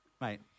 Mate